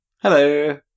Hello